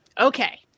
Okay